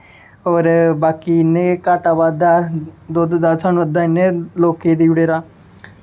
होर बाकी इ'यां घाटा बाद्धा दुद्ध दाद्ध अद्धा इ'यां लोकें गी देई ओड़े दा